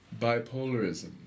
bipolarism